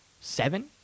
seven